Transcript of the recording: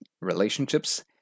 relationships